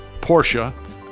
Porsche